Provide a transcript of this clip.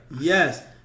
Yes